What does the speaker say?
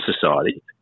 society